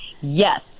Yes